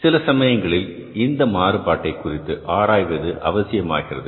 எனவே சில சமயங்களில் இந்த மாறுபாட்டை குறித்து ஆராய்வது அவசியமாகிறது